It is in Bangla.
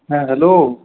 হ্যাঁ হ্যালো